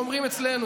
אומרים אצלנו.